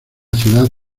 ciudad